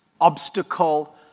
obstacle